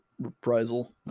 reprisal